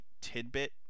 tidbit